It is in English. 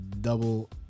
Double